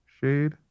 shade